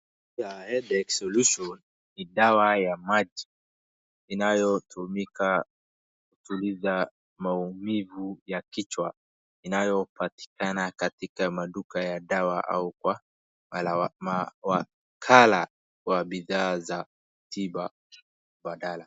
Dawa ya headache solution ni dawa ya maji inayotumika kutuliza maumivu ya kichwa inayopatikana katika maduka ya dawa au kwa mawakhala wa bidhaa za tiba mbadala.